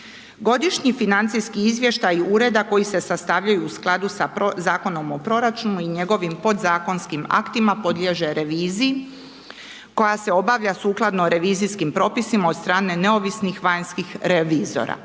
Godišnji financijski izvještaj ureda koji se sastavljaju u skladu sa Zakonom o proračunu i njegovim podzakonskim aktima, podliježe reviziji, koja se obavlja sukladno revizijskim propisima, od strane neovisnih vanjskih revizora,